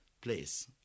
place